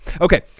Okay